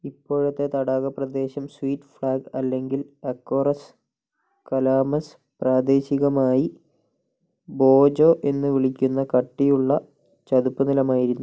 ഇപ്പോഴത്തെ തടാക പ്രദേശം സ്വീറ്റ് ഫ്ലാഗ് അല്ലെങ്കിൽ അക്കോറസ് കലാമസ് പ്രാദേശികമായി ബോജോ എന്ന് വിളിക്കുന്ന കട്ടിയുള്ള ചതുപ്പു നിലമായിരുന്നു